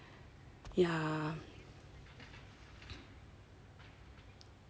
yeah !aiyo!